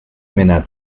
männer